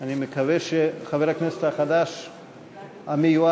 אני מקווה שחבר הכנסת החדש המיועד,